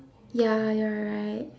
ya you're right